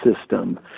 system